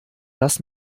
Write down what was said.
lass